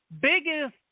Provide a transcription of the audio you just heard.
biggest